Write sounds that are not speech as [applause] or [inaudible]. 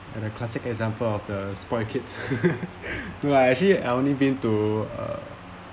and a classic example of the spoiled kids [laughs] no lah actually I've only been to uh